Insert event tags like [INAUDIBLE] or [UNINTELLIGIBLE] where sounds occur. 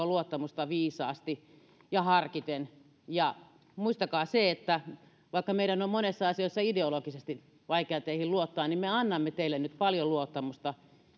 [UNINTELLIGIBLE] luottamusta viisaasti ja harkiten ja muistakaa se että vaikka meidän on monessa asiassa ideologisesti vaikea teihin luottaa niin me annamme teille nyt paljon luottamusta